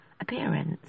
appearance